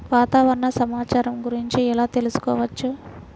వాతావరణ సమాచారము గురించి ఎలా తెలుకుసుకోవచ్చు?